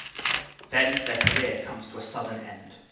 then their career comes to a sudden end.